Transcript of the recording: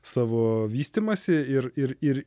savo vystymąsi ir ir ir